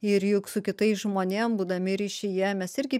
ir juk su kitais žmonėm būdami ryšyje mes irgi